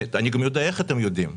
אני גם יודע איך אתם יודעים.